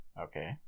Okay